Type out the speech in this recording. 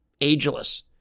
ageless